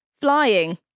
flying